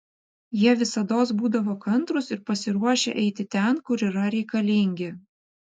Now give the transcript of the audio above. jie visados būdavo kantrūs ir pasiruošę eiti ten kur yra reikalingi